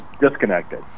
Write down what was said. disconnected